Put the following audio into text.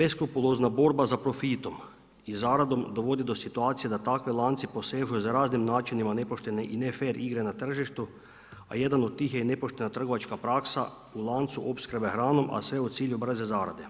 beskrupulozna borba za profitom i zaradom dovodi do situacije da takvi lanci posežu za raznim načinima nepoštene i nefer igre na tržištu, a jedan od tih je i nepoštena trgovačka praksa u lancu opskrbe hranom, a sve u cilju brze zarede.